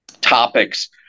topics